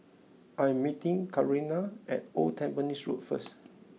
I am meeting Karina at Old Tampines Road first